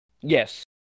Yes